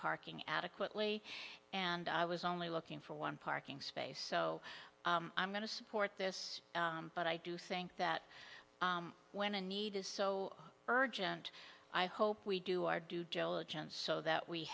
parking adequately and i was only looking for one parking space so i'm going to support this but i do think that when a need is so urgent i hope we do our due diligence so that we